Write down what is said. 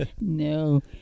No